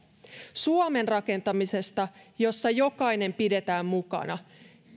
suomen rakentamisesta jossa jokainen pidetään mukana